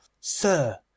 sir